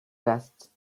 vaste